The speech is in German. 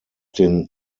den